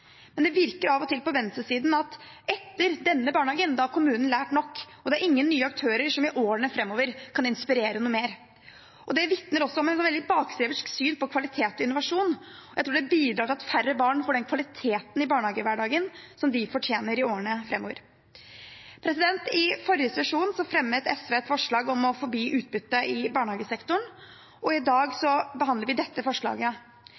Men det virker av og til fra venstresiden som at: Etter denne barnehagen har kommunen lært nok, og det er ingen nye aktører som i årene framover kan inspirere noe mer. Det vitner om et veldig bakstreversk syn på kvalitet og innovasjon. Jeg tror det bidrar til at færre barn får den kvaliteten i barnehagehverdagen som de fortjener i årene framover. I forrige sesjon fremmet SV et forslag om å forby utbytte i barnehagesektoren, og i dag behandler vi dette forslaget.